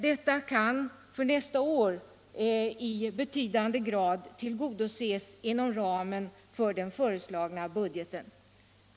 Detta kan för nästa år i betydande grad tillgodoses inom ramen för den föreslagna budgeten.